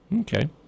Okay